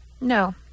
No